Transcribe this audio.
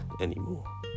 anymore